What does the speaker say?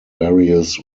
various